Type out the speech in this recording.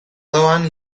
doan